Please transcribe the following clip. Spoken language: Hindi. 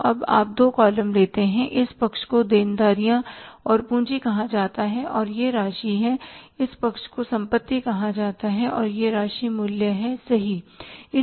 तो अब आप दो कॉलम लेते हैं इस पक्ष को देनदारिया और पूंजी कहा जाता है और यह राशि है इस पक्ष को संपत्ति कहा जाता है और यह राशि मूल्य है सही